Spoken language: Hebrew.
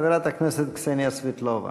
חברת הכנסת קסניה סבטלובה.